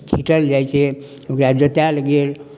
छीँटल जाइ छै ओकरा जोतायल गेल